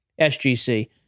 SGC